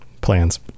plans